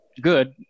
good